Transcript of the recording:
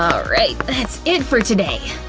ah alright, that's it for today!